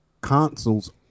consoles